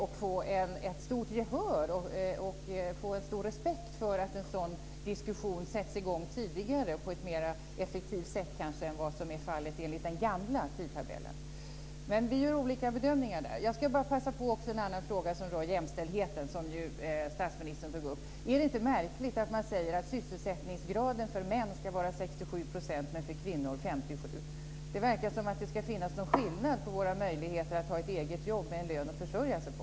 Vi kunde ha fått respekt för att en sådan diskussion sätts i gång tidigare, på ett mer effektivt sätt än enligt den gamla tidtabellen. Vi gör olika bedömningar där. Jag ska passa på och ta upp en annan fråga som rör jämställdheten, som statsministern tog upp. Är det inte märkligt att man säger att sysselsättningsgraden för män ska vara 67 % men för kvinnor 57 %? Det verkar som om det ska vara skillnad på våra möjligheter att ta ett eget jobb med en lön att försörja sig på.